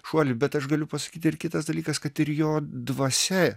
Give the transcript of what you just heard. šuolį bet aš galiu pasakyt ir kitas dalykas kad ir jo dvasia